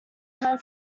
time